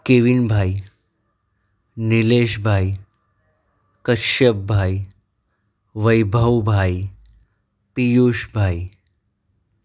કેવિનભાઈ નીલેશભાઈ કશ્યપભાઈ વૈભવભાઈ પિયુષભાઈ